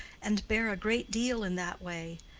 and bear a great deal in that way,